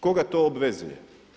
Koga to obvezuje?